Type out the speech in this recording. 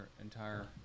entire